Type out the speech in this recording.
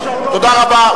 תודה רבה.